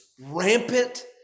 rampant